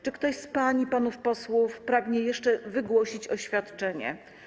Czy ktoś z pań i panów posłów pragnie jeszcze wygłosić oświadczenie?